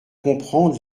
comprendre